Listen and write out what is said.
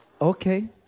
Okay